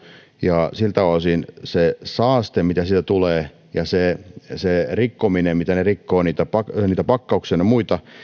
ja se saaste mitä siitä tulee ja se se kun ne rikkovat niitä pakkauksia ynnä muita